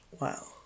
wow